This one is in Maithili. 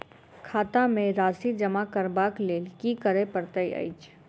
खाता मे राशि जमा करबाक लेल की करै पड़तै अछि?